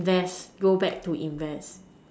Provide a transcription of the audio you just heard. invest go back to invest